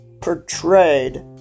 portrayed